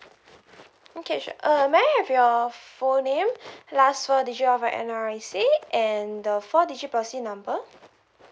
okay sure uh may I have your full name last four digit of your N_R_I_C and the four digit policy number